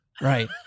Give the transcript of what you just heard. right